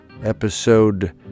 Episode